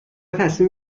تصمیم